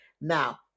Now